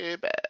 bad